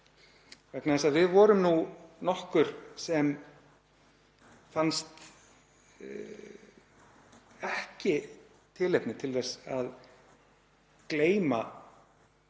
vegna þess að við vorum nú nokkur sem fannst ekki tilefni til þess að gleyma